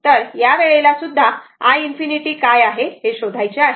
तर यावेळेला सुद्धा i ∞ काय आहे हे शोधायचे आहे